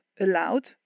allowed